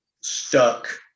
stuck